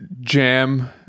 jam